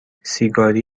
سیگاری